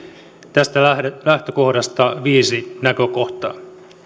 tästä lähtökohdasta viisi näkökohtaa